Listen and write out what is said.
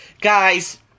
Guys